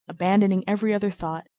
abandoning every other thought,